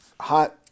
Hot